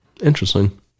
Interesting